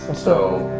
so